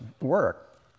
work